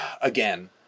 Again